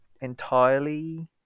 entirely